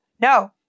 No